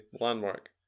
landmark